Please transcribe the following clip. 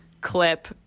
clip